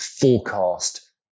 forecast